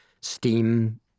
steam